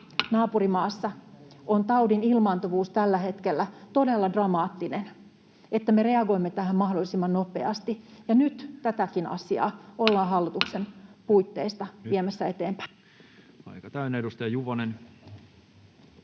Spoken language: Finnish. naapurimaassa on taudin ilmaantuvuus tällä hetkellä todella dramaattinen, niin me reagoimme tähän mahdollisimman nopeasti, ja nyt tätäkin asiaa ollaan hallituksen puitteista viemässä eteenpäin. [Speech 32] Speaker: Toinen